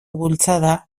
bultzada